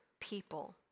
people